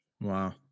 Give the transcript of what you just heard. Wow